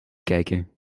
kijken